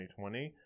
2020